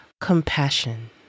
Compassion